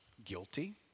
Guilty